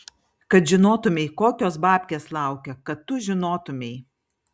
kad žinotumei kokios babkės laukia kad tu žinotumei